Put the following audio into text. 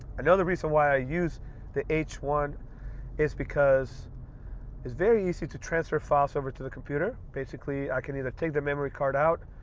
another reason why i use the h one is because it's very easy to transfer files over to the computer. basically, i can either take the memory card out,